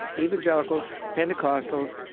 evangelicals, pentecostals,